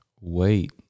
wait